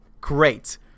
great